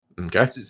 Okay